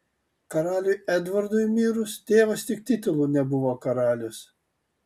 karaliui edvardui mirus tėvas tik titulu nebuvo karalius